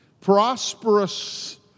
Prosperous